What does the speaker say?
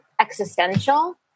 existential